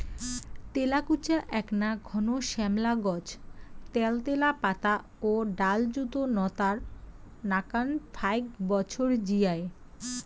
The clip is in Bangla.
তেলাকুচা এ্যাকনা ঘন শ্যামলা গছ ত্যালত্যালা পাতা ও ডালযুত নতার নাকান ফাইক বছর জিয়ায়